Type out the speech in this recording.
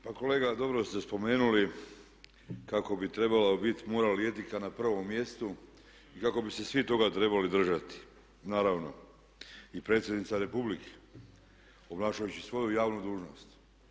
Pa kolega dobro ste spomenuli kako bi trebalo bit moral i etika na prvom mjestu i kako bi se svi toga trebali držati, naravno i predsjednica Republike obnašajući svoju javnu dužnost.